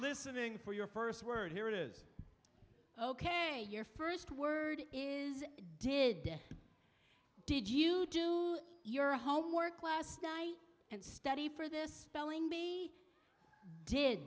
listening for your first word here it is ok your first word is did they did you do your homework last night and study for this telling me i did